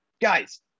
Guys